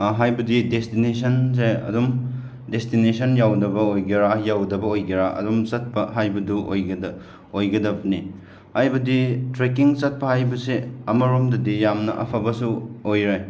ꯍꯥꯏꯕꯗꯤ ꯗꯦꯁꯇꯤꯅꯦꯁꯟꯁꯦ ꯑꯗꯨꯝ ꯗꯦꯁꯇꯤꯅꯦꯁꯟ ꯌꯧꯗꯕ ꯑꯣꯏꯒꯦꯔꯥ ꯌꯧꯗꯕ ꯑꯣꯏꯒꯦꯔꯥ ꯑꯗꯨꯝ ꯆꯠꯄ ꯍꯥꯏꯕꯗꯨ ꯑꯣꯏꯒꯗꯕꯅꯤ ꯍꯥꯏꯕꯗꯤ ꯇ꯭ꯔꯦꯀꯤꯡ ꯆꯠꯄ ꯍꯥꯏꯕꯁꯦ ꯑꯃꯔꯣꯝꯗꯗꯤ ꯌꯥꯝꯅ ꯑꯐꯕꯁꯨ ꯑꯣꯏꯔꯦ